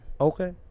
Okay